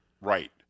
Right